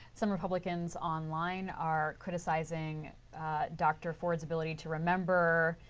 some republicans online are criticizing dr. ford's ability to remember,